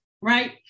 right